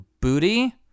booty